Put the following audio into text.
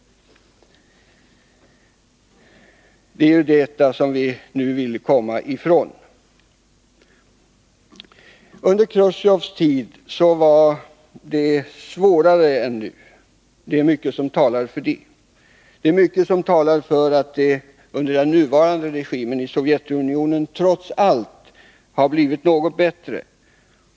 Det är detta vi nu vill komma ifrån. Under Chrustjovs tid var det svårare än nu. Det är mycket som talar för det. Det är mycket som talar för att det under den nuvarande regimen i Sovjetunionen trots allt har blivit något bättre.